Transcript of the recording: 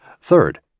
Third